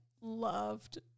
loved